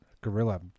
gorilla